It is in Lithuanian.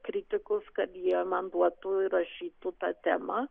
kritikus kad jie man duotų ir rašytų ta tema